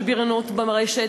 של בריונות ברשת,